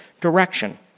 direction